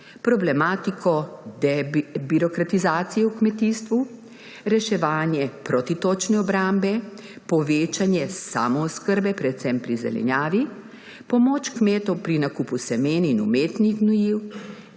problematiko debirokratizacije v kmetijstvu, reševanje protitočne obrambe, povečanje samooskrbe, predvsem pri zelenjavi, pomoč kmetom pri nakupu semen in umetnih gnojil